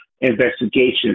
investigation